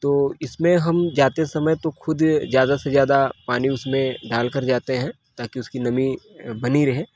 तो इसमें हम जाते समय तो खुद ज़्यादा से ज़्यादा पानी उसमें डाल कर जाते हैं ताकि उसकी नमी अ बनी रहे